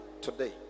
today